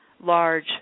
large